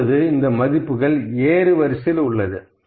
இப்பொழுது இந்த மதிப்புகள் ஏறு வரிசையில் உள்ளது